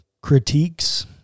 critiques